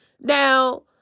Now